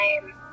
time